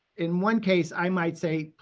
in one case i might say,